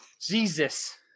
Jesus